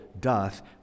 doth